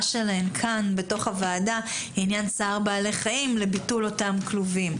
שלהן כאן בתוך הוועדה לעניין צער בעלי חיים לביטול אותם כלובים.